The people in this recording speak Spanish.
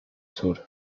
sur